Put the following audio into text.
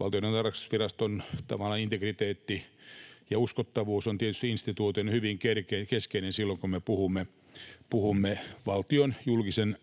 Valtiontalouden tarkastusviraston integriteetti ja uskottavuus ovat tietysti instituutille hyvin keskeisiä silloin, kun me puhumme valtion, julkisen